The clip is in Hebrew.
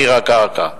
מחיר הקרקע: